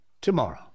tomorrow